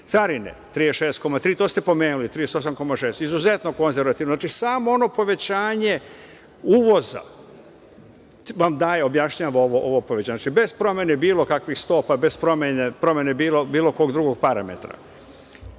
Carine 36,3, to ste pomenuli, 38,6, izuzetno konzervativno. Znači, samo ono povećanje uvoza vam daje, objašnjava ovo povećanje. Znači, bez promene bilo kakvih stopa, bez promene bilo kog drugog parametra. Konačno